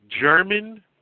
German